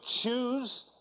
choose